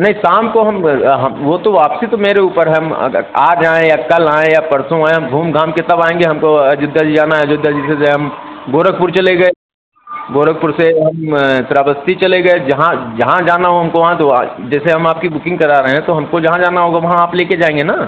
नहीं शाम को हम हम वो तो वापसी तो मेरे ऊपर है हम अगर आज आएँ या कल आएँ या परसों आऍं हम घूम घाम के तब आएँगे हमको अयोध्या जी जाना है अयोध्या जी से जो है हम गोरखपुर चले गए गोरखपुर से हम स्रावस्ती चले गए जहाँ जहाँ जाना हो हमको वहाँ तो वा जैसे हम आपकी बुकिंग करा रहे हैं तो हमको जहाँ जाना होगा वहाँ आप लेके जाएँगे न